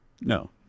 No